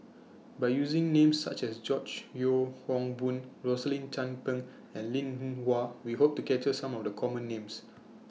By using Names such as George Yeo Yong Boon Rosaline Chan Pang and Linn in Hua We Hope to capture Some of The Common Names